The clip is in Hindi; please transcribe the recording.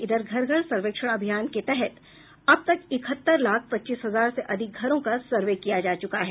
इधर घर घर सर्वेक्षण अभियान के तहत अब तक इकहत्तर लाख पच्चीस हजार से अधिक घरों का सर्वे किया जा चुका है